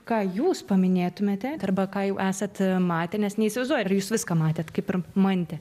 ką jūs paminėtumėte arba ką jau esat matę nes neįsivaizduoju ar jūs viską matėt kaip ir mantė